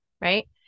right